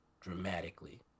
dramatically